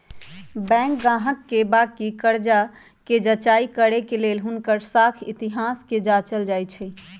bank गाहक के बाकि कर्जा कें जचाई करे के लेल हुनकर साख इतिहास के जाचल जाइ छइ